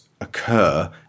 occur